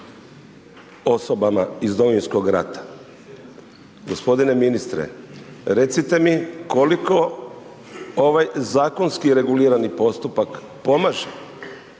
osobama iz Domovinskog rata. Gospodine ministre, recite mi koliko ovaj zakonski regulirani postupak pomaže